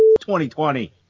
2020